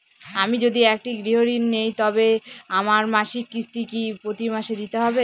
আমি যদি একটি গৃহঋণ নিই তবে আমার মাসিক কিস্তি কি প্রতি মাসে দিতে হবে?